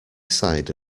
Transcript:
side